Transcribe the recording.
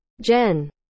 Jen